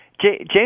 James